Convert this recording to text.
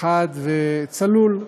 חד וצלול.